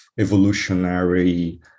evolutionary